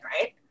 right